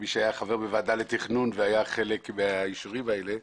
כמי שהיה חבר בוועדה לתכנון והיה חלק מהאישורים האלה,